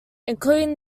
including